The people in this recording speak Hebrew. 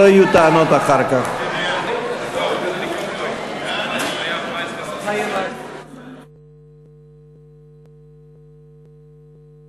אנחנו עושים זאת כדי לאפשר לחברי הכנסת המוסלמים לשבור את הצום.